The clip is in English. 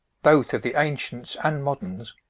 both of the ancients and moderns,